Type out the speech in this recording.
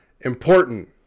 important